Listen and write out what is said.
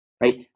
right